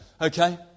Okay